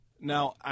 Now